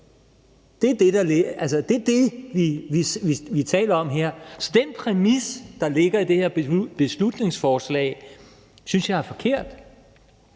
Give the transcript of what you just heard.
Det er det, vi taler om her. Den præmis, der ligger i det her beslutningsforslag, synes jeg er forkert.